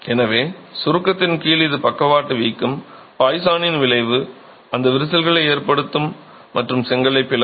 எனவே சுருக்கத்தின் கீழ் இது பக்கவாட்டு வீக்கம் பாய்சானின் விளைவு அந்த விரிசல்களை ஏற்படுத்தும் மற்றும் செங்கலைப் பிளக்கும்